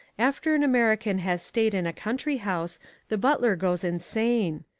after an american has stayed in a country house the butler goes insane.